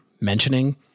mentioning